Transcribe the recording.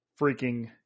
freaking